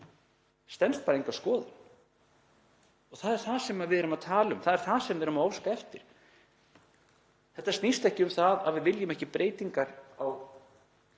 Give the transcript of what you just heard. stenst enga skoðun. Og það er það sem við erum að tala um, það er það sem við erum að óska eftir. Þetta snýst ekki um það að við viljum ekki breytingar á